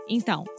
Então